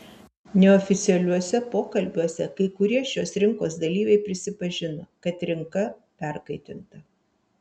neoficialiuose pokalbiuose kai kurie šios rinkos dalyviai prisipažino kad rinka perkaitinta